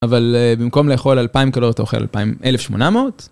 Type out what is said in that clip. אבל במקום לאכול אלפיים קלוריות אתה אוכל אלפיים, אלף שמונה מאות?